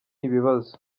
ibibazo